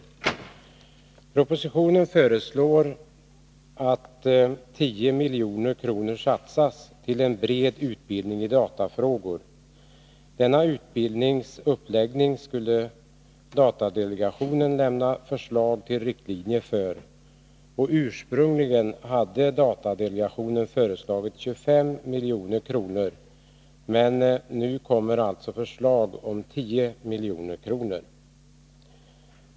I propositionen föreslås att 10 milj.kr. satsas på en bred utbildning i datafrågor. Datadelegationen skulle lämna förslag till riktlinjer för denna utbildnings uppläggning. Ursprungligen hade datadelegationen föreslagit 25 milj.kr., men nu föreslås 10 milj.kr.